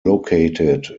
located